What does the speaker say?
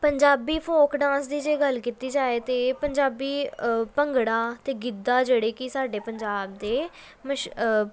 Punjabi folk dance ਦੀ ਜੇ ਗੱਲ ਕੀਤੀ ਜਾਏ ਤਾਂ ਪੰਜਾਬੀ ਭੰਗੜਾ ਅਤੇ ਗਿੱਧਾ ਜਿਹੜੇ ਕਿ ਸਾਡੇ ਪੰਜਾਬ ਦੇ ਮਸ਼